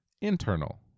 internal